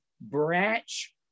branch